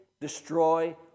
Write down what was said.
destroy